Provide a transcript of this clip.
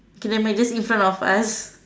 okay never mind just in front of us